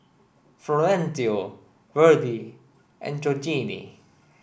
Florencio Verdie and Georgene